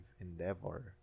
endeavor